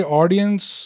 audience